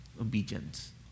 obedience